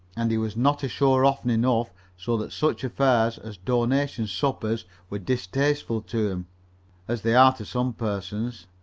and he was not ashore often enough so that such affairs as donation suppers were distasteful to as they are to some persons.